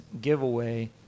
giveaway